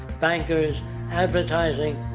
bankers advertising.